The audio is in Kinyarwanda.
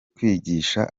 kwigisha